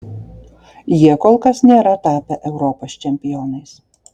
jie kol kas nėra tapę europos čempionais